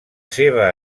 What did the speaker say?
seva